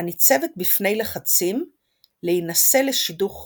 הניצבת בפני לחצים להינשא לשידוך רווחי.